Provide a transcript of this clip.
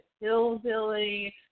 hillbilly